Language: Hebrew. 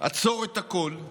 עצור את הכול,